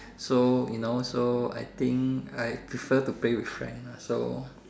so you know so I think I prefer to play with friends ah so